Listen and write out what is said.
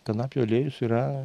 kanapių aliejus yra